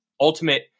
ultimate